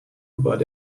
but